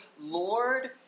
Lord